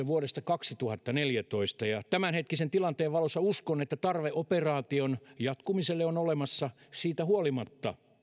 vuodesta kaksituhattaneljätoista ja tämänhetkisen tilanteen valossa uskon että tarve operaation jatkumiselle on olemassa siitä huolimatta